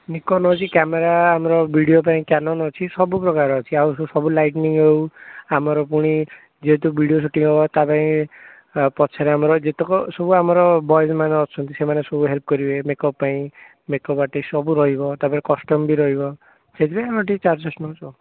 Nikon ହେଉଛି camera ଆମର video ପାଇଁ କ୍ୟାନୋନ୍ ଅଛି ଆଉ ସବୁପ୍ରକାର ଅଛି ସବୁ ଲାଇଟ୍ନିଂ ହଉ ଆମର ପୁଣି ଯେହେତୁ ଭିଡ଼ିଓ ଶୁଟିଂ ହବ ତା' ପାଇଁ ପଛରେ ଆମର ଯେତେକ ସବୁ ଆମର ବଏଜ୍ମାନେ ଅଛନ୍ତି ସେମାନେ ସବୁ ହେଲ୍ପ୍ କରିବେ ମେକଅପ୍ ପାଇଁ ମେକଅପ୍ ଆର୍ଟିଷ୍ଟ୍ ସବୁ ରହିବ ତାପରେ କଷ୍ଟ୍ୟୁମ୍ ବି ରହିବ ସେଥିପାଇଁ ଆମେ ଟିକିଏ ଚାର୍ଜେସ୍ ନେଉଛୁ ଆଉ